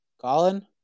Colin